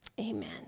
Amen